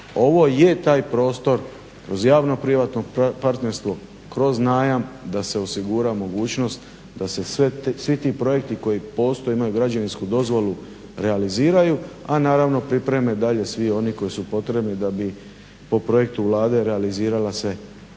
Ovo je taj prostor kroz javno-privatno partnerstvo, kroz najam da se osigura mogućnost da se svi ti projekti koji postoje, imaju građevinsku dozvolu realiziraju, a naravno pripreme dalje svi oni koji su potrebni da bi po projektu Vlade realizirala se